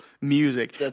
music